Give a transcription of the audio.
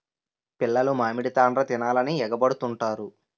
పిల్లలు మామిడి తాండ్ర తినాలని ఎగబడుతుంటారు